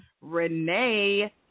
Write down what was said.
Renee